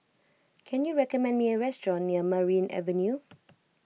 can you recommend me a restaurant near Merryn Avenue